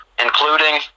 including